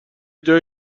جای